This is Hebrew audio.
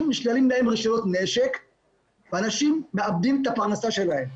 נשללים רישיונות נשק ואנשים מאבדים את הפרנסה שלהם.